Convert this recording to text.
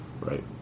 right